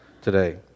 today